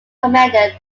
commander